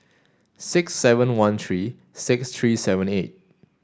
six seven one three six three seven eight